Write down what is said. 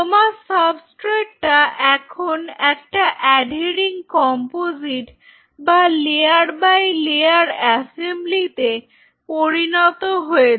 তোমার সাবস্ট্রেটটা এখন একটা অ্যাঢেরিং কম্পোজিট বা লেয়ার বাই লেয়ার অ্যাসেম্বলিতে পরিণত হয়েছে